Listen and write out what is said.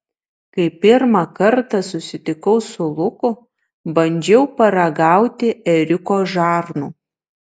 kai pirmą kartą susitikau su luku bandžiau paragauti ėriuko žarnų